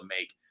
make